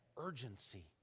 urgency